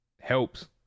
helps